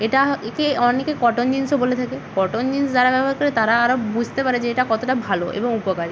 এটা একে অনেকে কটন জিন্সও বলে থাকে কটন জিন্স যারা ব্যবহার করে তারা আরও বুঝতে পারে যে এটা কতোটা ভালো এবং উপকারী